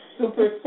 super